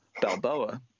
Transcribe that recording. Balboa